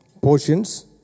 portions